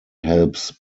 helps